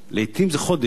לעתים זה חודש,